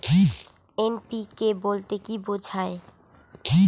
NPK বলতে কী বোঝায়?